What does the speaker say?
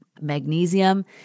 Magnesium